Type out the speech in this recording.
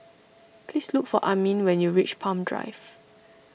please look for Amin when you reach Palm Drive